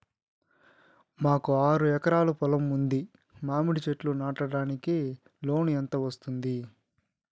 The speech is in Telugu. మాకు ఆరు ఎకరాలు పొలం ఉంది, మామిడి చెట్లు నాటడానికి లోను ఎంత వస్తుంది?